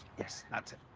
yes, that's it.